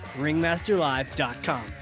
Ringmasterlive.com